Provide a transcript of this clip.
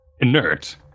Inert